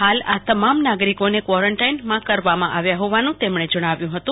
હાલ આ તમામ નાગરીકીને ક્વોરોન્ટાઇન કરવામાં આવ્યું હોવાનું તેમને જણાવ્યું હતું